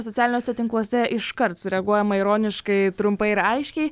socialiniuose tinkluose iškart sureaguojama ironiškai trumpai ir aiškiai